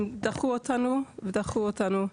הם דחו אותנו ודחו אותנו.